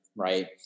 Right